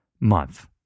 month